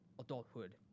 adulthood